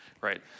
right